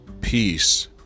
peace